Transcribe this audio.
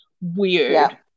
weird